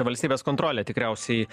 valstybės kontrolė tikriausiai